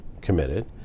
committed